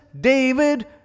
David